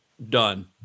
Done